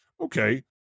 Okay